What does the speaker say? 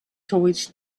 toward